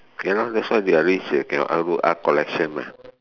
okay lor that's why they are rich they can go art collection mah